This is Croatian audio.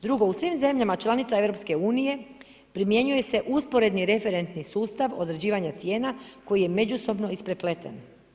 Drugo, u svim zemljama članica Europske unije primjenjuje se usporedni referentni sustav određivanja cijena koji je međusobno isprepleten.